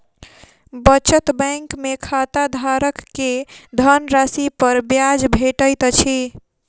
बचत बैंक में खाताधारक के धनराशि पर ब्याज भेटैत अछि